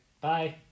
Bye